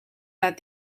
that